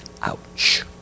Ouch